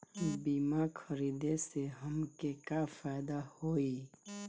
बीमा खरीदे से हमके का फायदा होई?